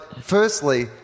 firstly